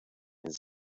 his